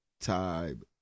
time